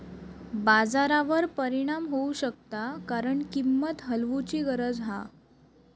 बाजारावर परिणाम होऊ शकता कारण किंमत हलवूची गरज हा